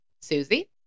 Susie